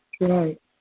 Right